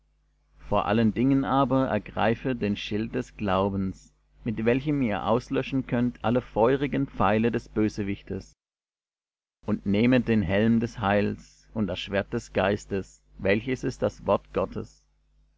vor allen dingen aber ergreifet den schild des glaubens mit welchem ihr auslöschen könnt alle feurigen pfeile des bösewichtes und nehmet den helm des heils und das schwert des geistes welches ist das wort gottes